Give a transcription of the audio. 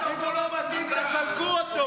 אם הוא לא מתאים, תסלקו אותו.